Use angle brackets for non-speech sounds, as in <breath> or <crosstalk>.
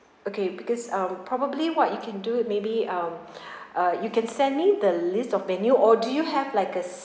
okay because um probably what you can do maybe um <breath> uh you can send me the list of menu or do you have like a